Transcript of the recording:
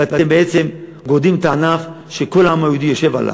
ואתם גודעים את הענף שכל העם היהודי יושב עליו.